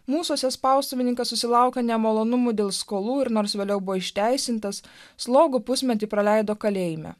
mūsuose spaustuvininkas susilaukė nemalonumų dėl skolų ir nors vėliau buvo išteisintas slogų pusmetį praleido kalėjime